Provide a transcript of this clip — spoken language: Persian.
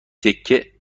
تکه